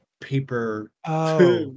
paper